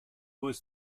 was